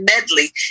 medley